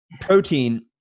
protein